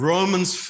Romans